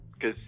Cause